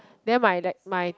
then my that my